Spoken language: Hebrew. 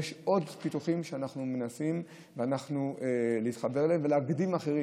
יש עוד פיתוחים שאנחנו מנסים להתחבר אליהם ולהקדים אחרים.